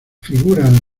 figuran